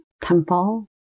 temple